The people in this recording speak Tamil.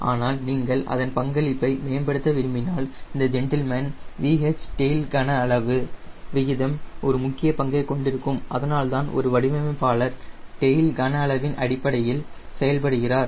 ஆனால் நீங்கள் அதன் பங்களிப்பை மேம்படுத்த விரும்பினால் இந்த ஜென்டில்மேன் VH டெயில் கன அளவு விகிதம் ஒரு முக்கிய பங்கைக் கொண்டிருக்கும் அதனால்தான் ஒரு வடிவமைப்பாளர் டெயில் கன அளவின் அடிப்படையில் செயல்படுகிறார்